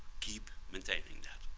keep with thanking that.